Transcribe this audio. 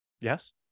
Yes